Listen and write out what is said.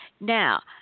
Now